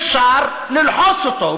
אפשר ללחוץ אותו,